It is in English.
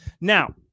Now